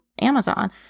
Amazon